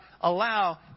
allow